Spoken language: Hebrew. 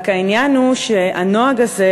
רק העניין הוא שהנוהג הזה,